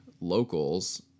locals